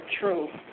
True